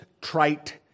trite